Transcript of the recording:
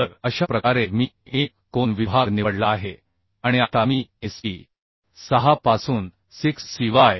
तर अशा प्रकारे मी एक कोन विभाग निवडला आहे आणि आता मी SP 6 पासून Cx C y